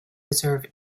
deserve